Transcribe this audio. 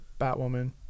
Batwoman